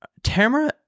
Tamra